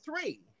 three